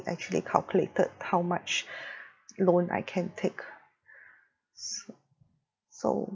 actually calculated how much loan I can take s~ so